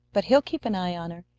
but he'll keep an eye on her,